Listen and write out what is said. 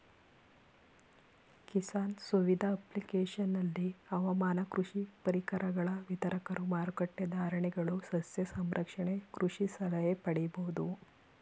ಕಿಸಾನ್ ಸುವಿಧ ಅಪ್ಲಿಕೇಶನಲ್ಲಿ ಹವಾಮಾನ ಕೃಷಿ ಪರಿಕರಗಳ ವಿತರಕರು ಮಾರಕಟ್ಟೆ ಧಾರಣೆಗಳು ಸಸ್ಯ ಸಂರಕ್ಷಣೆ ಕೃಷಿ ಸಲಹೆ ಪಡಿಬೋದು